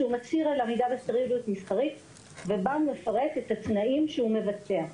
שהוא מצהיר על עמידה בסטריליות מסחרית ובא ומפרט את התנאים שהוא מבצע.